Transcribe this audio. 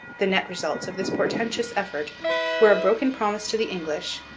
the net results of this portentous effort were a broken promise to the english,